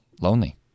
lonely